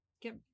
Get